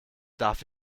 darf